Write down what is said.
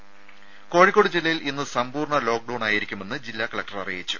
രുമ കോഴിക്കോട് ജില്ലയിൽ ഇന്ന് സമ്പൂർണ ലോക്ക്ഡൌൺ ആയിരിക്കുമെന്ന് ജില്ലാ കലക്ടർ അറിയിച്ചു